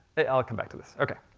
i'll come back to this. okay,